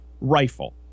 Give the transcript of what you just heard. rifle